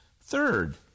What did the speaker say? Third